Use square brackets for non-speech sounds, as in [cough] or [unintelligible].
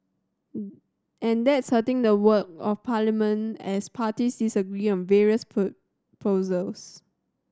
[noise] and that's hurting the work of parliament as parties disagree on various [unintelligible] proposals